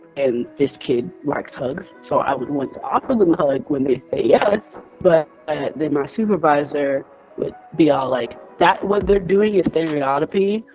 and this kid likes hugs, so i would want to offer them a hug when they'd say yes, but then my supervisor would be all like that, what they're doing, is stereotopy.